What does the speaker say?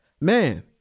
man